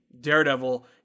Daredevil